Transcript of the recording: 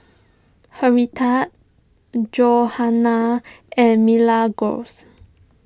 Henrietta Johana and Milagros